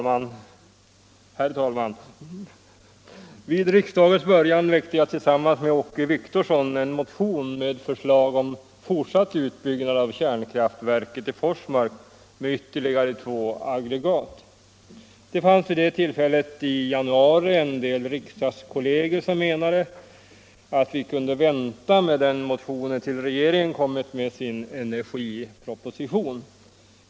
Fru talman! Vid riksdagens början väckte jag tillsammans med Åke Wictorsson en motion med förslag om fortsatt utbyggnad av kärnkraftverket i Forsmark med ytterligare två aggregat. Det fanns vid det tillfället i januari en del riksdagskolleger som menade att vi kunde vänta med den motionen tills regeringen kommit med sin energiproposition.